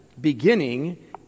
beginning